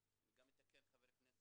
אני גם מתקן את חבר הכנסת,